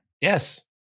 Yes